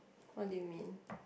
what do you mean